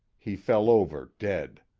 he fell over dead.